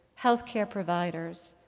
health care providers,